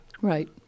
Right